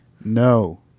no